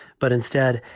but instead,